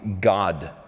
God